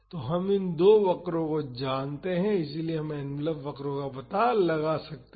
तो हम इन दो वक्रों को जानते हैं इसलिए हम एनवेलप वक्रों का पता लगा सकते हैं